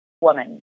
woman